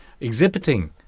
exhibiting